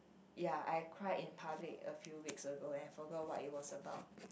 ya I cried in public a few weeks ago and I forgot what it was about